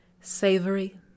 savory